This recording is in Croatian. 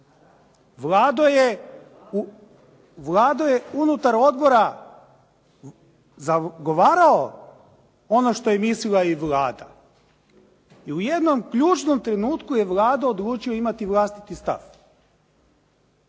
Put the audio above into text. Vlado je unutar odbora zagovarao ono što je mislila i Vlada. I u jednom ključnom trenutku je Vlado odlučio imati vlastiti stav.